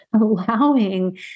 allowing